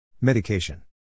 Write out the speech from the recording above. Medication